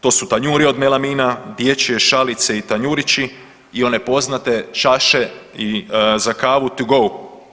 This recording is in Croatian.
To su tanjuri od melamina, dječje šalice i tanjurići i one poznate čaše za kavu to go.